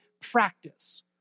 practice